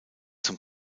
zum